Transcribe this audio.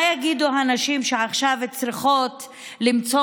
מה יגידו הנשים שעכשיו צריכות למצוא